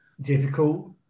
difficult